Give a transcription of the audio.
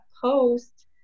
post